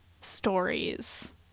stories